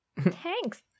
Thanks